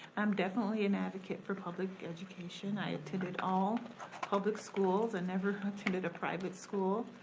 i'm definitely an advocate for public education. i attended all public schools. i never attended a private school.